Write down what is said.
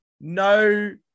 no